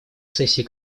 сессии